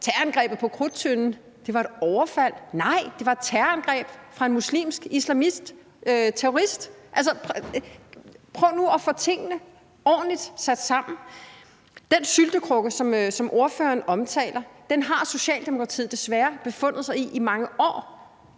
terrorangrebet på Krudttønden var et overfald. Nej, det var et terrorangreb fra en muslimsk islamist, en terrorist. Altså, prøv nu at få tingene ordentligt sat sammen. Den syltekrukke, som ordføreren omtaler, har Socialdemokratiet desværre befundet sig i i mange år.